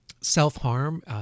self-harm